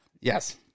Yes